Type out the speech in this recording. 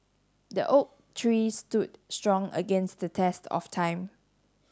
the oak tree stood strong against the test of time